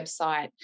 website